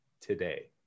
today